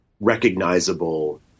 recognizable